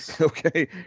Okay